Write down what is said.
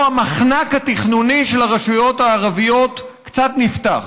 המחנק התכנוני של הרשויות הערביות קצת נפתח,